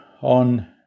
on